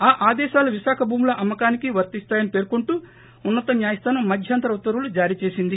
ఆ ఆదేశాలు విశాఖ భూముల అమ్మకానికీ వర్తిస్తాయని పేర్చింటూ ఉన్న త న్యాయస్లానం మధ్యంతర ఉత్తర్వులు జారీ చేసింది